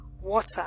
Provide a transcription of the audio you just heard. water